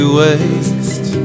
waste